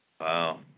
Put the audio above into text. Wow